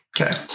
Okay